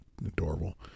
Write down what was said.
adorable